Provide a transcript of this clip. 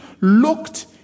looked